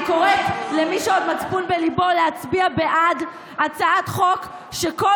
אני קוראת למי שעוד מצפון בליבו להצביע בעד הצעת חוק שכל